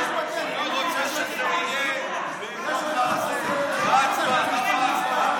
יש פה יועץ משפטי.